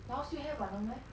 miles still have what no meh